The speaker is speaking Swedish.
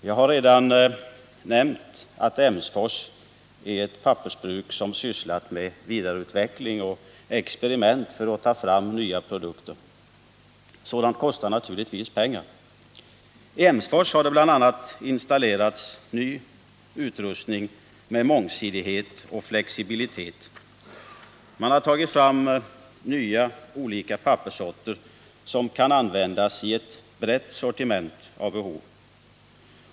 Jag har redan nämnt att Emsfors bruk är ett pappersbruk som sysslat med vidareutveckling och experiment för att ta fram nya produkter. Sådant kostar naturligtvis pengar. I Emsfors har bl.a. installerats ny utrustning med mångsidighet och flexibilitet. Man har tagit fram nya olika papperssorter som kan användas i ett brett sortiment av behov.